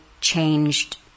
changed